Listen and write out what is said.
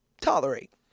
tolerate